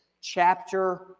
chapter